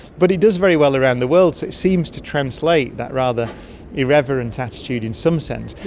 but it does very well around the world, so it seems to translate, that rather irreverent attitude in some sense.